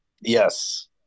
Yes